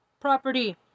Property